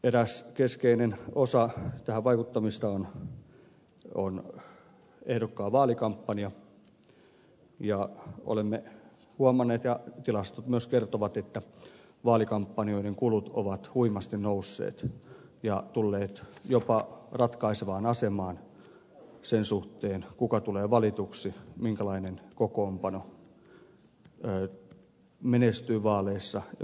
eräs keskeinen osa vaikuttamista on ehdokkaan vaalikampanja ja olemme huomanneet ja tilastot myös kertovat että vaalikampanjoiden kulut ovat huimasti nousseet ja tulleet jopa ratkaisevaan asemaan sen suhteen kuka tulee valituksi minkälainen kokoonpano menestyy vaaleissa ja minkälainen ei